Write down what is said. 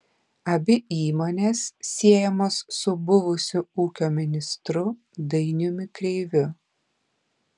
abi įmonės siejamos su buvusiu ūkio ministru dainiumi kreiviu